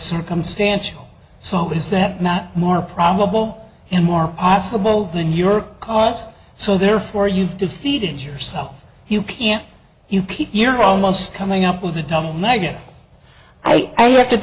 circumstantial so is that not more probable and more possible than your cause so therefore you've defeated yourself you can't you keep your almost coming up with a double negative i have to